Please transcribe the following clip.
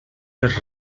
pels